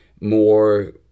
more